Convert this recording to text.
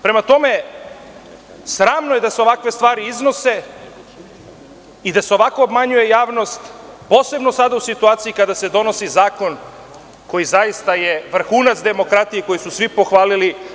Prema tome, sramno je da se ovakve stvari iznose i da se ovako obmanjuje javnost, posebno sada u situaciji kada se donosi zakon koji je vrhunac demokratije i koji su svi pohvalili.